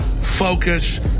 focus